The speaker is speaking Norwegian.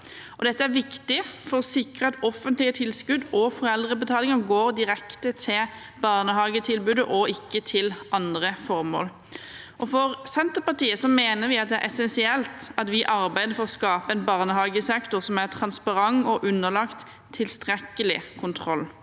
Dette er viktig for å sikre at offentlige tilskudd og foreldrebetaling går direkte til barnehagetilbudet og ikke til andre formål. Senterpartiet mener det er essensielt at vi arbeider for å skape en barnehagesektor som er transparent og underlagt tilstrekkelig kontroll.